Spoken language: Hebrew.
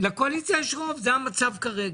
לקואליציה יש רוב, זה המצב כרגע,